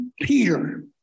Peter